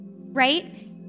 right